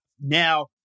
Now